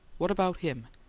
what about him?